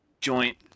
joint